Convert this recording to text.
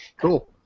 Cool